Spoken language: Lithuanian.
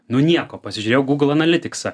nu nieko pasižiūrėjo google analitiksą